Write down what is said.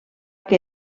que